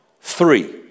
three